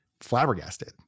flabbergasted